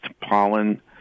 pollen